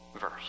verse